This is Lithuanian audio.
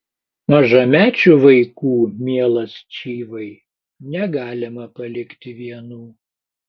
mažamečių vaikų mielas čyvai negalima palikti vienų